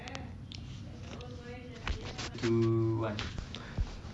BGS